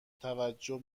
توجه